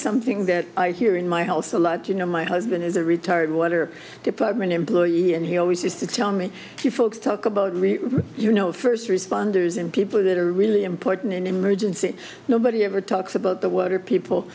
something that i hear in my house a lot you know my husband is a retired water department employee and he always used to tell me if you folks talk about you know first responders and people that are really important in emergency nobody ever talks about the world or people